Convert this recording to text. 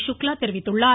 ஷுக்லா தெரிவித்துள்ளார்